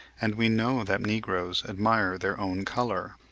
and we know that negroes admire their own colour.